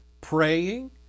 praying